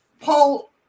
Paul